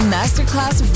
Masterclass